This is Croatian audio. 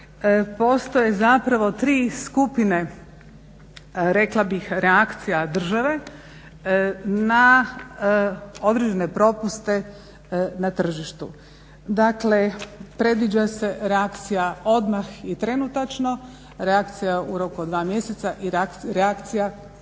postoje zapravo tri skupine rekla bih reakcija države na određene propuste na tržištu. Dakle predviđa se reakcija odmah i trenutačno, reakcija u roku od dva mjeseca i reakcija u